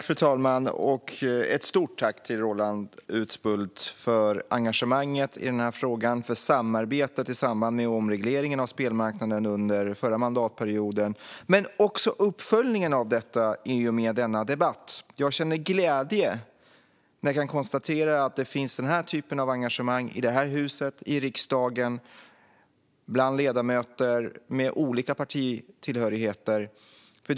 Fru talman! Jag vill rikta ett stort tack till Roland Utbult för engagemanget i den här frågan, för samarbetet i samband med omregleringen av spelmarknaden under förra mandatperioden och även för uppföljningen av detta i och med denna debatt. Jag känner glädje när jag kan konstatera att denna typ av engagemang finns bland ledamöter med olika partitillhörigheter här i riksdagen.